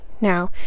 Now